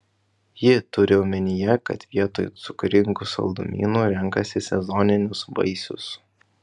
ji turi omenyje kad vietoj cukringų saldumynų renkasi sezoninius vaisius